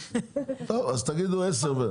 אז תגידו עשר...